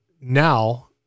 now